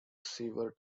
sewer